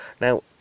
Now